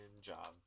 Job